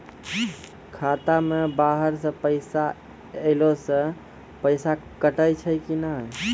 खाता मे बाहर से पैसा ऐलो से पैसा कटै छै कि नै?